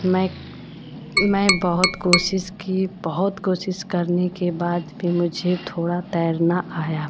मैं मैं बहुत कोशिश की बहुत कोशिश करने के बाद फिर मुझे थोड़ा तैरना आया